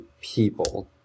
people